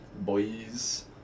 boys